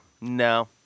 no